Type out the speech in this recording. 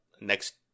next